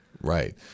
Right